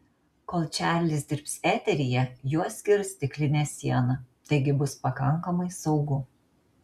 kol čarlis dirbs eteryje juos skirs stiklinė siena taigi bus pakankamai saugu